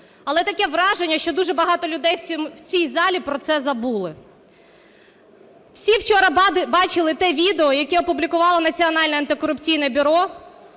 Але таке враження, що дуже багато людей в цій залі про це забули. Всі вчора бачили те відео, яке опублікувало Національне антикорупційне бюро